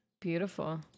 beautiful